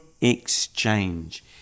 exchange